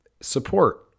Support